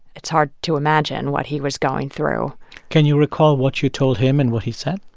it's hard to imagine what he was going through can you recall what you told him and what he said?